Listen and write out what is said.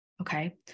okay